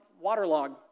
waterlog